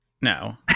No